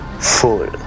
full